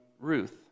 Ruth